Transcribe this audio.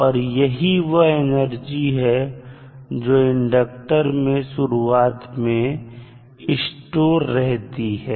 और यही वह एनर्जी है जो इंडक्टर में शुरुआत में स्टोर रहती है